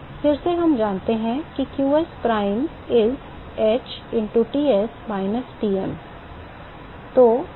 फिर से हम जानते हैं कि qsprime is h into Ts minus Tm है